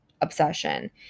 obsession